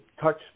touch